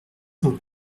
cent